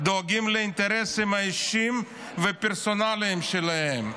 דואגים לאינטרסים האישיים והפרסונליים שלהם.